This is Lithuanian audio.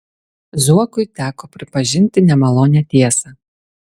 zuokui teko pripažinti nemalonią tiesą